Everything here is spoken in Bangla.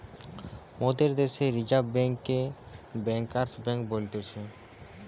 মোদের দ্যাশে রিজার্ভ বেঙ্ককে ব্যাঙ্কার্স বেঙ্ক বলতিছে